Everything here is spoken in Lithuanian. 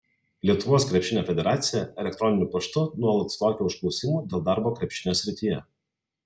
lietuvos krepšinio federacija elektroniniu paštu nuolat sulaukia užklausimų dėl darbo krepšinio srityje